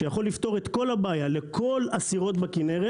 שיכול לפתור את כל הבעיה לכל הסירות בכנרת